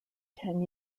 ten